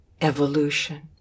evolution